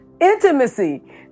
intimacy